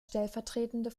stellvertretende